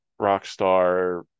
Rockstar